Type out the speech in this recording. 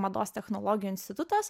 mados technologijų institutas